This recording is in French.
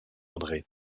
andré